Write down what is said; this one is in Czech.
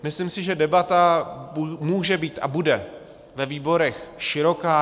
Myslím, že debata může být a bude ve výborech široká.